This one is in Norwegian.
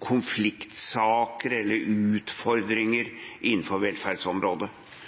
konfliktsaker eller utfordringer innenfor velferdsområdet.